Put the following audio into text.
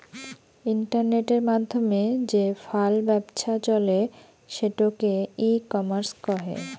ইন্টারনেটের মাধ্যমে যে ফাল ব্যপছা চলে সেটোকে ই কমার্স কহে